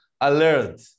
alert